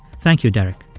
thank you, derek.